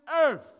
earth